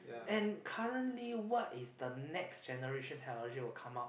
and currently what is the next generation technology will come out